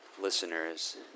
listeners